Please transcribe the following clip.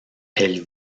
elle